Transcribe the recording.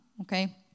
Okay